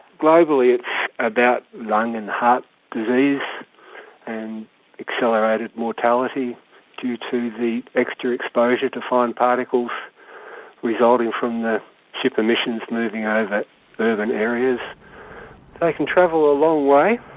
globally it's about lung and heart disease and accelerated mortality due to the extra exposure to fine particles resulting from the ship emissions moving kind of over urban areas can travel a long way,